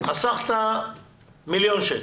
חסכת מיליון שקלים.